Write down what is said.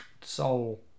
soul